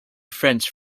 french